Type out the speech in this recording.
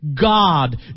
God